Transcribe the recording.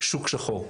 שוק שחור.